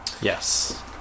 Yes